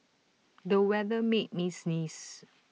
the weather made me sneeze